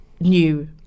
new